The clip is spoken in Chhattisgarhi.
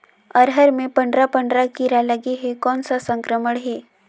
अरहर मे पंडरा पंडरा कीरा लगे हे कौन सा संक्रमण हे?